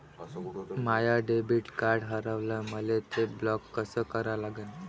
माय debit card हारवलं, मले ते ब्लॉक कस करा लागन?